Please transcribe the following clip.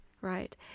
right